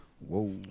whoa